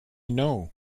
know